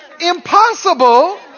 impossible